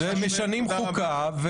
ומשנים חוקה.